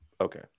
Okay